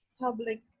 Public